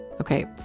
Okay